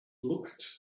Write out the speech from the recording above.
looked